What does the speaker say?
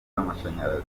z’amashanyarazi